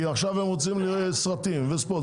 עכשיו הם רוצים סרטים וספורט,